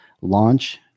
launch